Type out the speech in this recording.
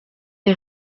est